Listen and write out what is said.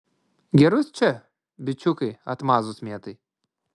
gerus čia bičiukai atmazus mėtai